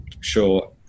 sure